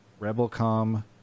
Rebelcom